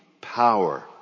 power